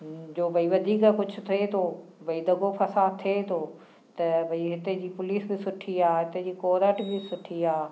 जो भई वधीक कुझु थिए थो भई दंगो फ़साद थिए थो त भई हिते जी पुलिस बि सुठी आहे हिते जी कोरट बि सुठी आहे